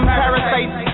parasites